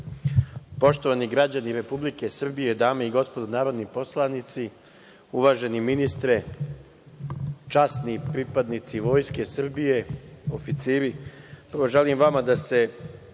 Poštovani građani Republike Srbije, dame i gospodo narodni poslanici, uvaženi ministre, časni pripadnici Vojske Srbije, oficiri, prvo želim vama da se